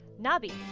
Nabi